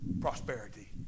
prosperity